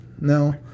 No